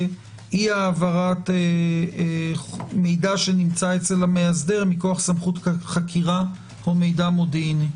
אי-העברת מידע שנמצא אצל המאסדר מכוח סמכות חקירה או מידע מודיעיני.